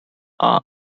are